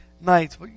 nights